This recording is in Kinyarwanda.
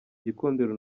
gikundiro